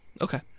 Okay